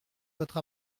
votre